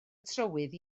trywydd